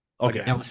Okay